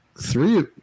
three